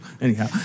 Anyhow